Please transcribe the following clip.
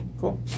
cool